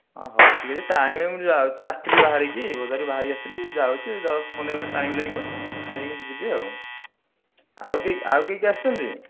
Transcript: ହଁ ହଉ ଠିକ୍ ଅଛି ଟାଇମ୍ ମୁଁ ଯାଉଛି ଆସିଥିଲି ବାହରିକି ବଜାରରୁ ବାହାରି ଆସିଥିଲି ଯାଉଛି ଦଶ କୋଡ଼ିଏ ମିନିଟ୍ ଟାଇମ୍ ଲାଗିବ ନେଇକିନି ଯିବି ଆଉ ଆଉ ଆଉ କିଏ କିଏ ଆସିଛନ୍ତି